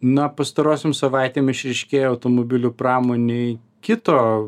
na pastarosiom savaitėm išryškėjo automobilių pramonėj kito